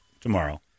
tomorrow